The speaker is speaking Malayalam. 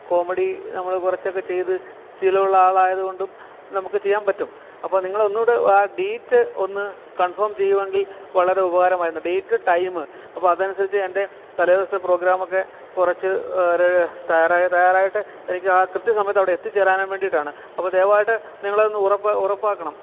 കോമഡി നമ്മൾ കുറച്ചൊക്കെ ചെയ്ത് ശീലമുള്ള ആളായതുകൊണ്ടും നമുക്ക് ചെയ്യാൻ പറ്റും അപ്പം നിങ്ങൾ ഒന്നുകൂടെ ആ ഡേറ്റ് ഒന്ന് കൺഫേം ചെയ്യുമെങ്കിൽ വളരെ ഉപകരമായിരുന്നു ഡേറ്റ് ടൈംമ് അപ്പം അതനുസരിച്ച് എൻ്റെ തലേദിവസത്തെ പ്രോഗ്രാമ് ഒക്കെ കുറച്ച് ഒരു തയ്യാറായിട്ട് എനിക്ക് ആ കൃത്യ സമയത്ത് അവിടെ എത്തിച്ചേരാനും വേണ്ടിയിട്ടാണ് അപ്പം ദയവായിട്ട് നിങ്ങളൊന്ന് ഉറപ്പ് ഉറപ്പാക്കണം